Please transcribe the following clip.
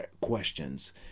questions